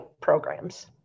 programs